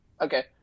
Okay